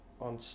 on